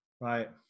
right